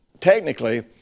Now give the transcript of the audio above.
technically